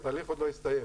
התהליך עוד לא הסתיים,